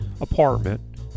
apartment